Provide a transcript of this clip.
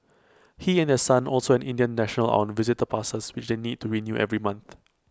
he and their son also an Indian national are on visitor passes which they need to renew every month